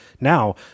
Now